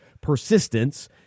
persistence